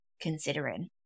considering